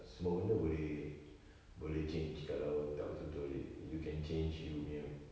semua benda boleh boleh change kalau tak betul-betul le~ you can change you punya